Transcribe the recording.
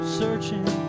searching